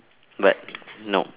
but nope